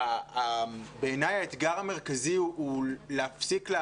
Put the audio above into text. בעיניי האתגר המרכזי הוא להפסיק את